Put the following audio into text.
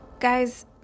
Guys